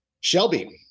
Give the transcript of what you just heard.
Shelby